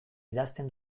idazten